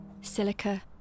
Silica